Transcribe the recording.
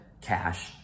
cash